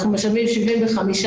אנחנו משלמים 75%